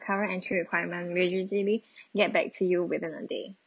current entry requirement we usually get back to you within a day